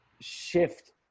shift